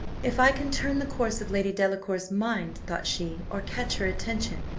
if i can turn the course of lady delacour's mind, thought she, or catch her attention,